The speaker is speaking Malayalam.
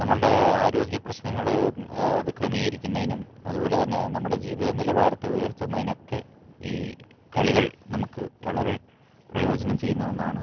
നമ്മളുടെ ആരോഗ്യപ്രശ്നങ്ങളെ അത് ക്രമീകരിക്കുന്നതിനും അതുപോലെതന്നെ നമ്മുടെ ജീവിതനിലവാരത്തെ ഉയർത്തുന്നതിനുമൊക്കെ ഈ കളികൾ നമുക്ക് വളരെ പ്രയോജനം ചെയ്യുന്ന ഒന്നാണ്